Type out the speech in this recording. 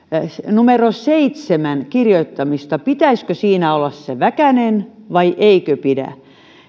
numeron seitsemän kirjoittamista pitäisikö siinä olla väkänen vai eikö pitäisi